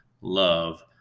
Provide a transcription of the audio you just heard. love